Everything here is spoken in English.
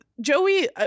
Joey